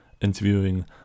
interviewing